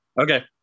Okay